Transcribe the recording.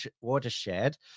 Watershed